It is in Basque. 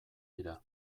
dira